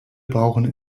brauchen